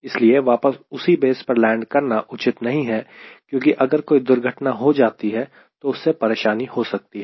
इसलिए वापस उसी बेस पर लैंड करता उचित नहीं है क्योंकि अगर कोई दुर्घटना हो जाती है तो उससे परेशानी हो सकती है